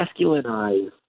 masculinize